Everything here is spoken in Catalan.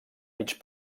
mig